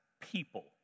people